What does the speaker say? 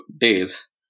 days